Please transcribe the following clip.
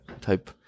type